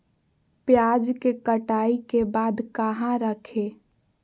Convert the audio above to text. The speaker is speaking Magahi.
प्याज के कटाई के बाद कहा रखें?